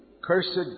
cursed